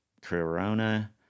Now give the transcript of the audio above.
Corona